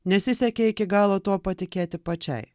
nesisekė iki galo tuo patikėti pačiai